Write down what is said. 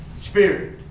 spirit